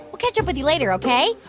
we'll catch up with you later, ok?